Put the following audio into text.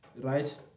right